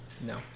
No